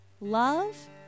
love